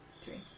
Three